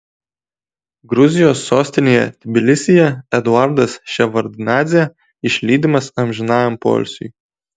gruzijos sostinėje tbilisyje eduardas ševardnadzė išlydimas amžinajam poilsiui